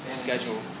schedule